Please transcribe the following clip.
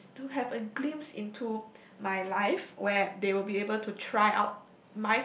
to to have a glimpse into my life where they will be able to try out